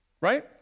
right